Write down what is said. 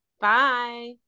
bye